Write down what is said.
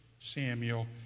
Samuel